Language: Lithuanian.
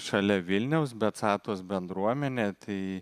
šalia vilniaus beatsatos bendruomenė tai